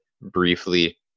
briefly